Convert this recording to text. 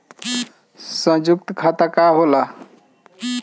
सयुक्त खाता का होला?